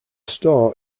store